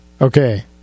okay